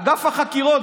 אגף החקירות,